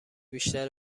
بیشتر